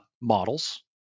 models